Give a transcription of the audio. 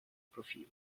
profilo